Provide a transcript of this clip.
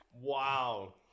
Wow